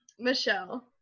Michelle